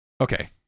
Okay